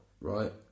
right